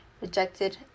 rejected